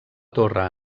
torre